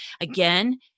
Again